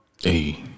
Hey